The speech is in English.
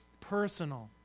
personal